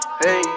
hey